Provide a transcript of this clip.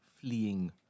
fleeing